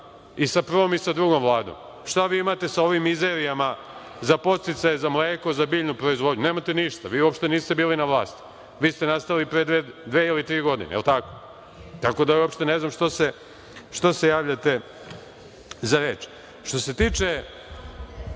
I sa prvom i sa drugom Vladom? Šta vi imate sa ovim mizerijama za podsticaje za mleko, za biljnu proizvodnju? Nemate ništa. Vi uopšte niste bili na vlasti. Vi ste nastali pre dve ili tri godine, jel tako? Tako da ja uopšte ne znam zašto se javljate za reč. Što se tiče,